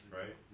right